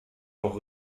auch